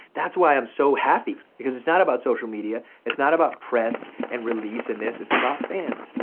that's why i'm so happy because it's not about social media. it's not about press and release, and this. it's about fans.